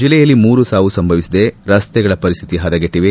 ಜಿಲ್ಲೆಯಲ್ಲಿ ಮೂರು ಸಾವು ಸಂಭವಿಸಿದೆ ರಸ್ತೆಗಳ ಪರಿಶ್ಥಿತಿ ಪದಗೆಟ್ಟವೆ